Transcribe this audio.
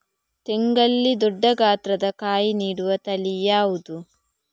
ತೆಂಗಲ್ಲಿ ದೊಡ್ಡ ಗಾತ್ರದ ಕಾಯಿ ನೀಡುವ ತಳಿ ಯಾವುದು?